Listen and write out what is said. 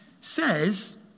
says